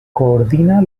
coordina